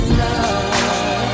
love